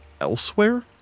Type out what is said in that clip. elsewhere